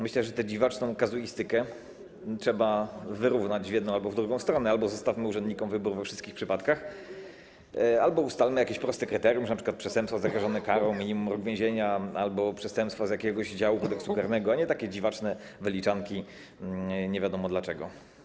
Myślę, że tę dziwaczną kazuistykę trzeba wyrównać w jedną albo w drugą stronę: albo zostawmy urzędnikom wybór we wszystkich przypadkach, albo ustalmy jakieś proste kryterium, np. że przestępstwo jest zagrożone karą 1 roku więzienia albo że to przestępstwo z jakiegoś działu Kodeksu karnego, a nie takie dziwaczne wyliczanki nie wiadomo dlaczego.